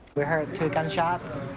we heard two gunshots.